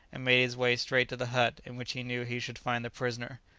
and made his way straight to the hut in which he knew he should find the prisoner.